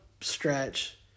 stretch